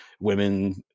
women